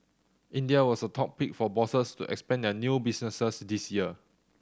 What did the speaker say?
India was the top pick for bosses to expand their new businesses this year